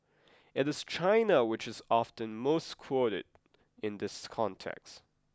it is China which is often most quoted in this context